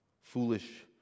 foolish